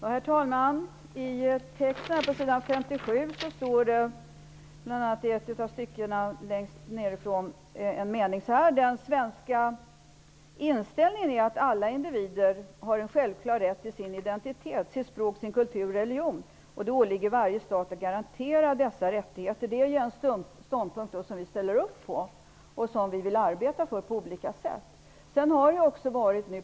Herr talman! På s. 57 i betänkandet står det: ''Den svenska inställningen är att alla individer har en självklar rätt till sin identitet, sitt språk, sin kultur och religion. Det åligger varje stat att garantera dessa rättigheter.'' Vi ställer upp på den ståndpunkten och vill arbeta för den på olika sätt.